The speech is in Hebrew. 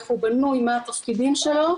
מה התפקידים שלו,